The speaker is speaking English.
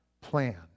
plan